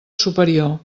superior